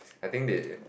I think they